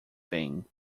thing